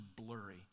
blurry